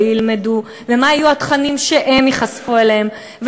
ילמדו ומה יהיו התכנים שהם ייחשפו להם.